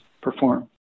perform